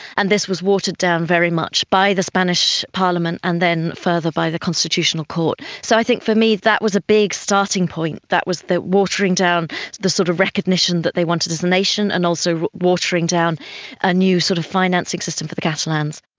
and this was watered down very much by the spanish parliament and then further by the constitutional court. so i think for me that was a big starting point, that was the watering down of the sort of recognition that they wanted as a nation, and also watering down a new sort of financing system for the catalans.